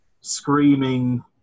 screaming